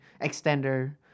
extender